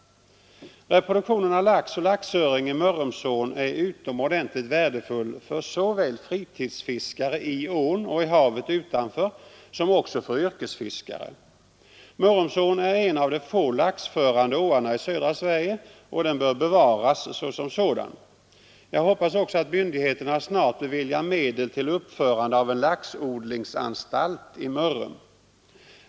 Reproduktionen av lax och laxöring i Mörrumsån är utomordentligt värdefull för såväl fritidsfisket i ån och i havet utanför som för yrkesfisket. Mörrumsån är en av de få laxförande åarna i södra Sverige, och den bör bevaras såsom sådan. Jag hoppas också att myndigheterna snart beviljar medel till uppförande av en laxodlingsanstalt i Mörrum.